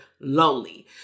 lonely